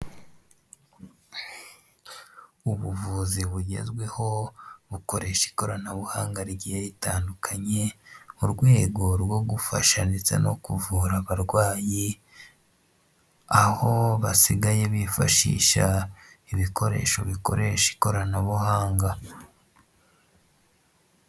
Ubuvuzi bugezweho bukoresha ikoranabuhanga rigiye ritandukanye mu rwego rwo gufasha ndetse no kuvura abarwayi aho basigaye bifashisha ibikoresho bikoresha ikoranabuhanga.